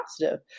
positive